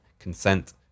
consent